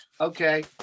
Okay